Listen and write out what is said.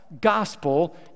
gospel